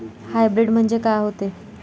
Hybrid म्हनजे का होते?